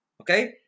Okay